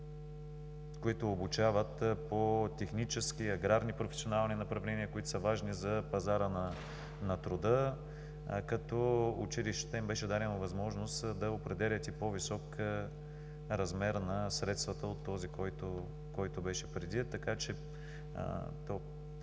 които обучават по технически, аграрни професионални направления, които са важни за пазара на труда. На училищата им беше дадена възможност да определят и по-висок размер на средствата от този, който беше преди.